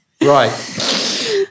Right